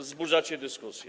Wzbudzacie dyskusję.